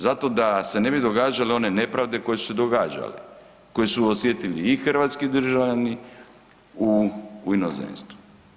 Zato da se ne bi događale one nepravde koje su se događale, koje su osjetili i hrvatski državljani u inozemstvu.